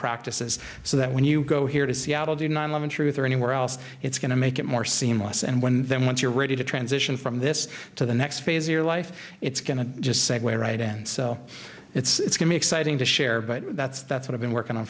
practices so that when you go here to seattle the nine eleven truth or anywhere else it's going to make it more seamless and when then once you're ready to transition from this to the next phase of your life it's going to just segue right and so it's going to exciting to share but that's that's what i've been working on